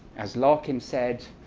as larkin said